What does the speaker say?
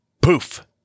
poof